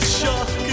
shock